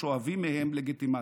ושואבים מהם לגיטימציה.